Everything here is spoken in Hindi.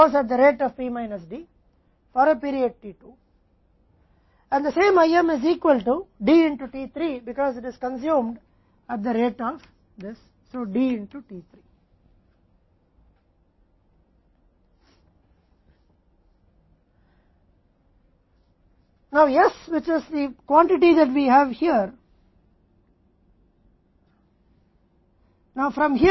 IM T 2 में P माइनस D होगा क्योंकि इन्वेंट्री P माइनस D की दर से t 2 तक बढ़ जाती है और समान IM T 3 में D के बराबर हो जाता है क्योंकि इसका उपभोग में होता है इस दर की दर T में 3 अब जो कि है मात्रा जो हमारे यहाँ है अब यहाँ से यह मात्रा है